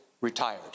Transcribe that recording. retired